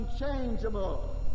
unchangeable